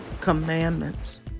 commandments